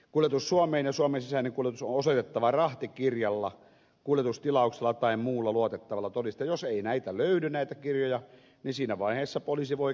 kulutus suomeen osaamiseeni kultsuosoitettava rahtikirjalla kuljetustilauksella tai muulla luotettavalla todisteellaseinäita löydy näitä kirjoja ei siinä vaiheessa poliisi voi